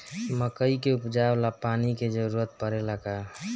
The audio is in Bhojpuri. मकई के उपजाव ला पानी के जरूरत परेला का?